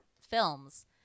films